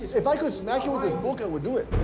if i could smack you with this book, i would do it.